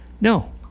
No